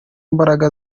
mbaraga